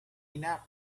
enough